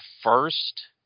first –